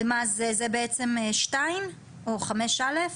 וזה בעצם 2, או 5.א?